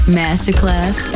masterclass